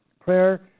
Prayer